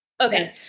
okay